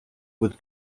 would